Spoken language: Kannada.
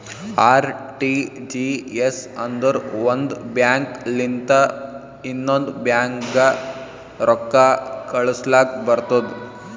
ಆರ್.ಟಿ.ಜಿ.ಎಸ್ ಅಂದುರ್ ಒಂದ್ ಬ್ಯಾಂಕ್ ಲಿಂತ ಇನ್ನೊಂದ್ ಬ್ಯಾಂಕ್ಗ ರೊಕ್ಕಾ ಕಳುಸ್ಲಾಕ್ ಬರ್ತುದ್